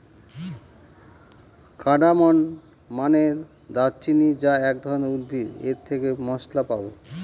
cardamom মানে দারুচিনি যা এক ধরনের উদ্ভিদ এর থেকে মসলা পাবো